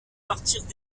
partirent